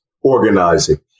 organizing